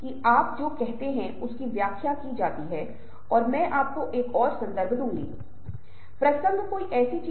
और अगर आपको पहले की बात याद है तो हमने गुप्त संचार या अनजाने संचार के बारे में बात की थी